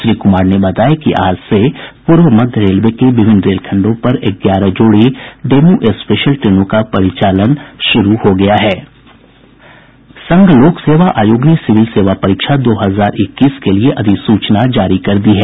श्री कुमार ने बताया कि आज से पूर्व मध्य रेलवे के विभिन्न रेलखंडों पर ग्यारह जोड़ी डेमू स्पेशल ट्रेनों का परिचालन शुरू हो गया है संघ लोक सेवा आयोग ने सिविल सेवा परीक्षा दो हजार इक्कीस के लिए अधिसूचना जारी कर दी है